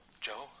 Joe